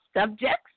subjects